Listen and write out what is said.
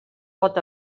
pot